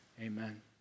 Amen